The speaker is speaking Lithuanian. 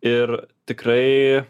ir tikrai